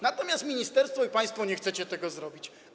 Natomiast ministerstwo i państwo nie chcecie tego zrobić.